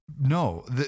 No